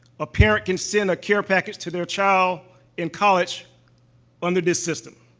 a parent can send a care package to their child in college under this system.